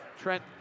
Trent